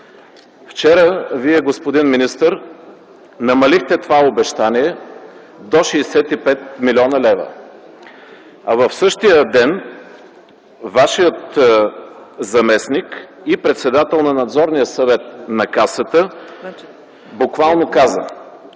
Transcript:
Вчера Вие, господин министър, намалихте това обещание до 65 млн. лв., а в същия ден Вашият заместник и председател на Надзорния съвет на Касата буквално каза: